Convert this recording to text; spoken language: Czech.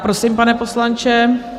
Prosím, pane poslanče.